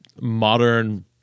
modern